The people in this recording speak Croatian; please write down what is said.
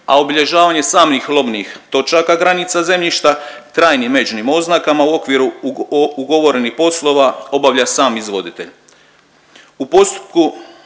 a obilježavanje samih lomnih točaka granica zemljišta trajnim međnim oznakama u okviru ugovorenih poslova obavlja sam izvoditelj.